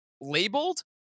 labeled